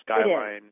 Skyline